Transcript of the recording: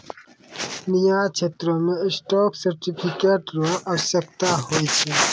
न्याय क्षेत्रो मे स्टॉक सर्टिफिकेट र आवश्यकता होय छै